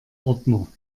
ordner